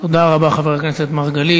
תודה רבה, חבר הכנסת מרגלית.